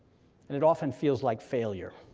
and it often feels like failure.